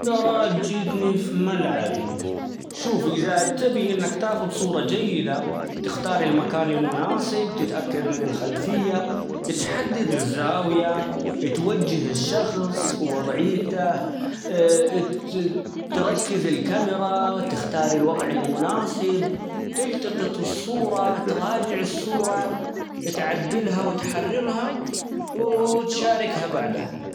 ترى جيتني فملعبي ،شوف إذا تبي إنك تاخذ صورة جيدة تختار المكان المناسب تتأكد من الخلفية ،اتحدد الزاوية، اتوجه الشخص، ووظعيته تركز الكاميرا ، تختار الوضع المناسب، تلتقط الصورة تراجع الصورة ،اتعدلها وتحررها ،وتشاركها بعدها.